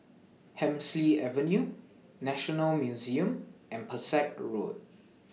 Hemsley Avenue National Museum and Pesek Road